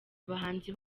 abahanzi